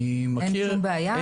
אין שום בעיה,